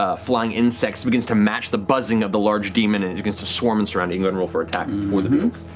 ah flying insects begins to match the buzzing of the large demon and begins to swarm and surround it. you and roll for attack for the